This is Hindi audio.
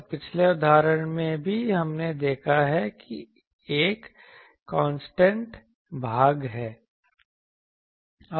और पिछले उदाहरण में भी हमने देखा है कि एक कांस्टेंट भाग है